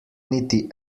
niti